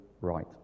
right